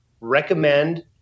recommend